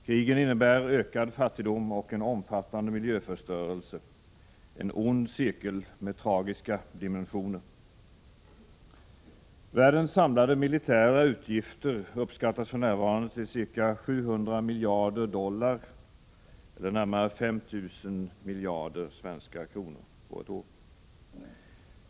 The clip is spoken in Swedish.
Krigen innebär ökad fattigdom och en omfattande miljöförstörelse — en ond cirkel med tragiska dimensioner. Världens samlade militära utgifter uppskattas för närvarande till ca 700 miljarder dollar eller närmare 5 000 miljarder svenska kronor på ett år.